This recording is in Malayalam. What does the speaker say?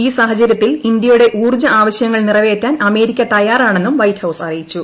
ഈ സാഹചരൃത്തിൽ ഇന്തൃയുടെ ഊർജ്ജ ആവശൃങ്ങൾ നിറവേറ്റാൻ അമേരിക്ക തയ്യാറാണെന്നും വൈറ്റ് ഹൌസ് അറിയിച്ചു